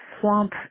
swamp